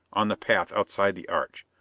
on the path outside the arch.